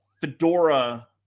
Fedora